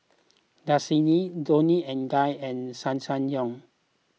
Dasani Toni and Guy and Ssangyong